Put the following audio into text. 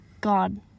God